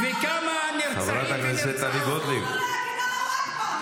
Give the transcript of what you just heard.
אסור לו בכלל לומר זאת.